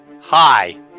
Hi